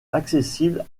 accessible